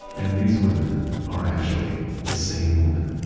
and these women are actually the same woman.